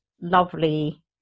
lovely